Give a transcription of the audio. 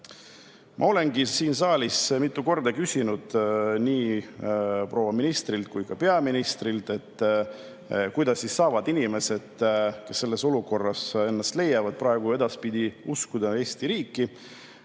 olen siin saalis mitu korda küsinud nii proua ministrilt kui ka peaministrilt, et kuidas siis saavad inimesed, kes ennast praegu sellest olukorrast leiavad, edaspidi uskuda Eesti riiki,